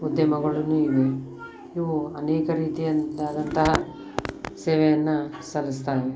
ಉದ್ಯಮಗಳು ಇವೆ ಇವು ಅನೇಕ ರೀತಿಯಂತ ಆದಂತಹ ಸೇವೆಯನ್ನು ಸಲ್ಲಿಸ್ತಾ ಇವೆ